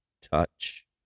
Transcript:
touch